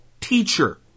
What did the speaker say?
teacher